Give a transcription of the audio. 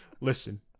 listen